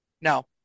No